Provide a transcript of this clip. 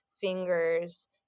fingers